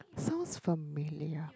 sounds familiar